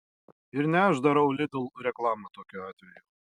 ir ne aš darau lidl reklamą tokiu atveju